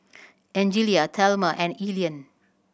Angelia Thelma and Elian